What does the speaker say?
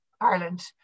Ireland